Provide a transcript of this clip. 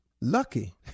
Lucky